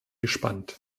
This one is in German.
gespannt